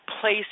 place